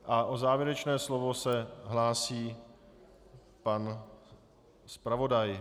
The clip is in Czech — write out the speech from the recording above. O závěrečné slovo se hlásí pan zpravodaj.